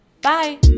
Bye